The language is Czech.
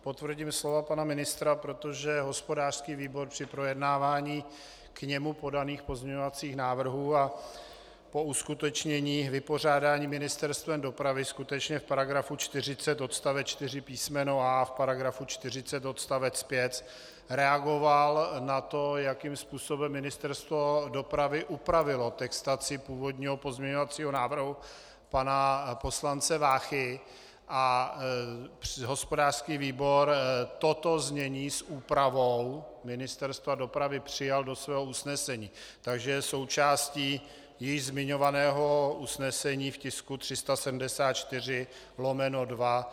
Potvrdím slova pana ministra, protože hospodářský výbor při projednávání k němu podaných pozměňovacích návrhů a po uskutečnění vypořádání Ministerstvem dopravy skutečně v § 40 odst. 4 písm. a), v § 40 odst. 5 reagoval na to, jakým způsobem Ministerstvo dopravy upravilo textaci původního pozměňovacího návrhu pana poslance Váchy, a hospodářský výbor toto znění s úpravou Ministerstva dopravy přijal do svého usnesení, takže je součástí již zmiňovaného usnesení v tisku 374/2.